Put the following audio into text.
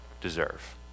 deserve